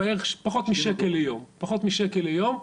בערך, פחות משקל ליום, פחות משקל ליום.